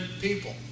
people